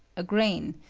a grain,